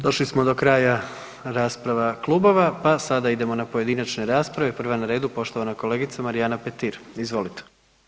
Došli smo do kraja rasprava klubova pa sada idemo na pojedinačne rasprave, prva je na redu poštovana kolegica Marijana Petir, izvolite.